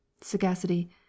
Sagacity